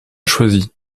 choisi